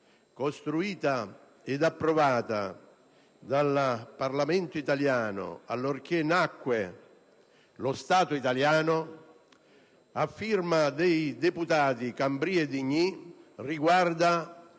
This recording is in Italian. disposte ed approvate dal Parlamento italiano allorché nacque lo Stato italiano, a firma del deputato Cambray-Digny riguarda